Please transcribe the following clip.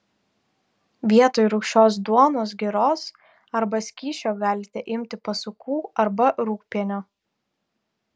vietoj rūgščios duonos giros arba skysčio galite imti pasukų arba rūgpienio